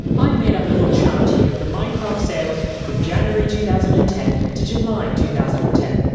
i've made up a little chart here of the minecraft sales from janurary two thousand and ten to july two thousand and ten.